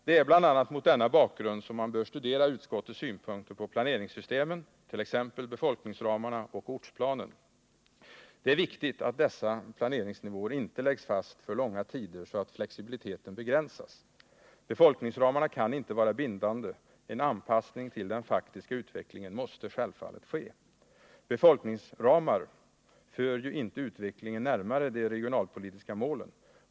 Det är bl.a. mot denna bakgrund som man bör studera utskottets synpunkter på planeringssystemen, t.ex. befolkningsramarna och ortsplanen. Det är viktigt att dessa planeringsnivåer inte läggs fast för långa tider så att flexibiliteten begränsas. Befolkningsramarna kan inte vara bindande. En anpassning till den faktiska utvecklingen måste självfallet ske. Befolkningsramar för ju inte utvecklingen närmare de regionalpolitiska målen.